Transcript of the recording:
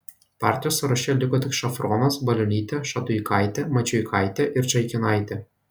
partijos sąraše liko tik šafronas balionytė šaduikaitė mačiuikaitė ir čaikinaitė